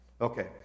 Okay